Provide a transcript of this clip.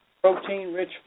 protein-rich